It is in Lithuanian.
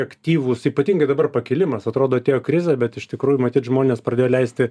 aktyvūs ypatingai dabar pakilimas atrodo atėjo krizė bet iš tikrųjų matyt žmonės pradėjo leisti